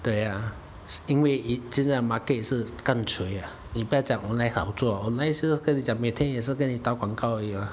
对呀因为现在的 market 是更 cui ah 你不要讲 online 好做 online 是跟你讲每天也是跟你打广告而已嘛